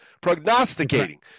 Prognosticating